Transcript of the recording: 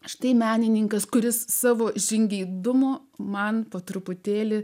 štai menininkas kuris savo žingeidumo man po truputėlį